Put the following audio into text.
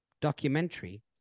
documentary